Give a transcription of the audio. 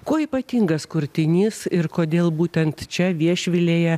kuo ypatingas kurtinys ir kodėl būtent čia viešvilėje